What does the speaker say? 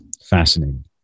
Fascinating